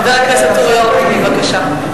חבר הכנסת אורי אורבך, בבקשה.